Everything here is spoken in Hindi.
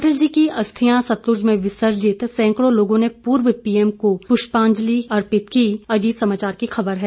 अटल जी की अस्थियां सतलुज में विसर्जित सैकड़ों लोगों ने दी पूर्व पीएम को पुष्पाजंलि अजीत समाचार की खबर है